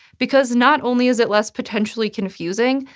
because not only is it less potentially-confusing,